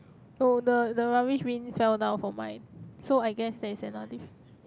no the the rubbish bin fell down for mine so I guess that's another difference